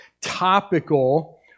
topical